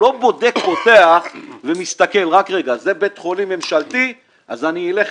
הוא לא בודק אם זה בית חולים ממשלתי ולכן הוא ילך